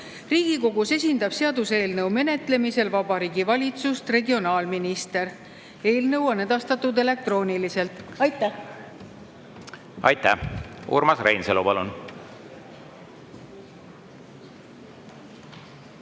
Riigikogus esindab seaduseelnõu menetlemisel Vabariigi Valitsust regionaalminister. Eelnõu on edastatud elektrooniliselt. Aitäh! Austatud istungi